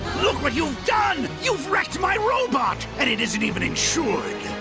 look what you've done. you've wrecked my robot, and it isn't even insured.